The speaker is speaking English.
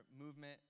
movement